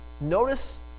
Notice